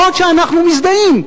אף שאנחנו מזדהים,